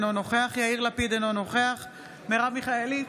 אינו נוכח יאיר לפיד, אינו נוכח מרב מיכאלי,